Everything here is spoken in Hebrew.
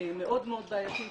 מאוד מאוד בעייתית.